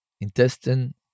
intestine